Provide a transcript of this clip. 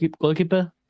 goalkeeper